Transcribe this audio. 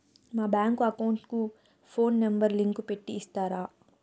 మా bank account కు phone number link పెట్టి ఇస్తారా?